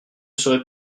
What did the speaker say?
serez